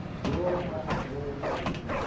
world-class career education,